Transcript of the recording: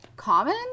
Common